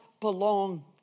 belong